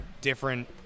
different